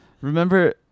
Remember